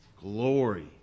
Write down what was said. Glory